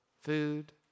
food